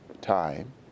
time